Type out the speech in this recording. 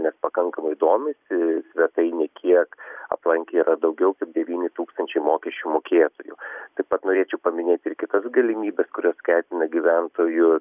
nepakankamai domisi svetainėj kiek aplankę yra daugiau kaip devyni tūkstančiai mokesčių mokėtojų taip pat norėčiau paminėti ir kitas galimybes kurios skatina gyventojus